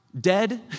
dead